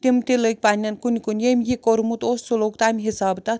تِم تہِ لٔگۍ پننیٚن کُنہِ کُنہِ ییٚمۍ یہِ کوٚمُت اوس سُہ لوٚگ تَمہِ حسابہٕ تتھ